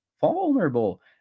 Vulnerable